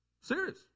Serious